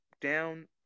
down